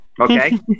Okay